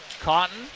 Cotton